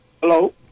Hello